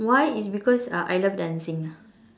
why is because uh I love dancing ah